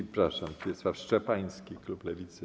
Przepraszam, Wiesław Szczepański, klub Lewicy.